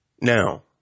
Now